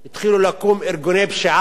התחילו לקום ארגוני פשיעה.